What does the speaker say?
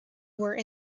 were